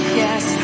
yes